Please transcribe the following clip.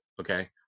Okay